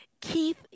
Keith